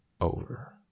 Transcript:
over